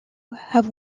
have